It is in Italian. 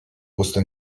posto